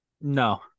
No